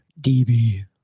DB